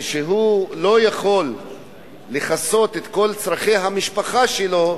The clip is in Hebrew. כשהוא לא יכול לכסות את כל צורכי המשפחה שלו,